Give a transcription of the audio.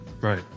Right